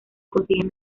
consiguen